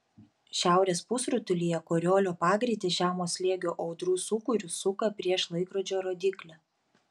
šiaurės pusrutulyje koriolio pagreitis žemo slėgio audrų sūkurius suka prieš laikrodžio rodyklę